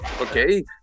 Okay